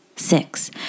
Six